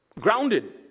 Grounded